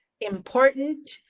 important